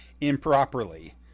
improperly